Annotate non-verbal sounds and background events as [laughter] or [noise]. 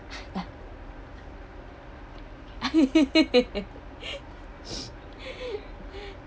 [laughs]